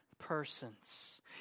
persons